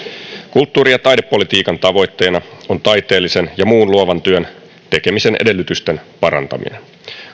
kulttuuri ja taidepolitiikan tavoitteena on taiteellisen ja muun luovan työn tekemisen edellytysten parantaminen